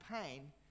pain